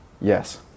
Yes